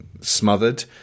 smothered